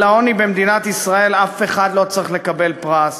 על העוני במדינת ישראל אף אחד לא צריך לקבל פרס,